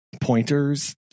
pointers